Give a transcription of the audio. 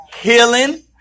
healing